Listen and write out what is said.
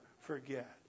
forget